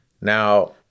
Now